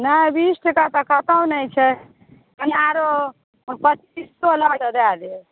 नहि बीस टके तऽ कतौ नहि छै कनी आरो पचीस लए कऽ दए देब